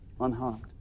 unharmed